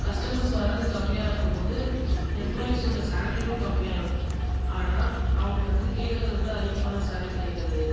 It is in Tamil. கஸ்டமர்ஸ் வர்றது கம்மியாக இருக்கும்போது எம்ப்ளாய்ஸ் ஓட சேல்ரியும் கம்மியாக இருக்கும் ஆனால் அவங்கள் வந்து கேட்குறது வந்து அதிகமான சேல்ரி கேட்குறது